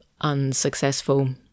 unsuccessful